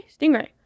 stingray